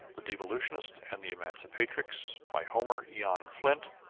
the devolutionist and the emancipatrix by homer eon flint